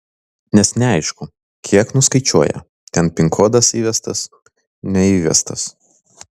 nes neaišku kiek nuskaičiuoja ten pin kodas įvestas neįvestas